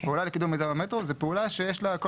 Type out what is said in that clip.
פעולה לקידום מיזם המטרו זה פעולה שיש לה כל